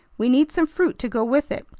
we need some fruit to go with it,